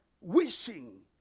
wishing